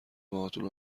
باهاتون